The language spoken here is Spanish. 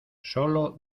sólo